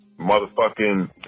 motherfucking